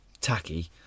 tacky